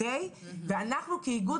ואנחנו כאיגוד,